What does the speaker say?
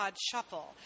Shuffle